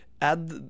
add